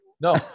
No